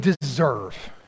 deserve